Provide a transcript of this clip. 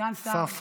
סגן שר?